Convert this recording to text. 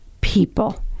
people